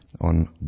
on